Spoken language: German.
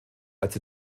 als